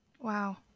Wow